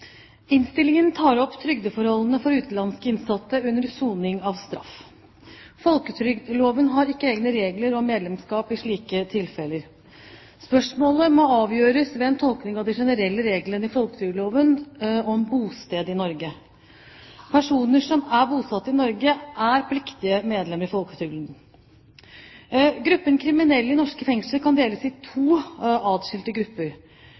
Innstillingen tar opp trygdeforholdene for utenlandske innsatte under soning av straff. Folketrygdloven har ikke egne regler om medlemskap i slike tilfeller. Spørsmålet må avgjøres ved en tolkning av de generelle reglene i folketrygdloven om bosted i Norge. Personer som er bosatt i Norge, er pliktige medlemmer i folketrygden. Kriminelle i norske fengsler kan deles i to atskilte grupper: